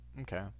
Okay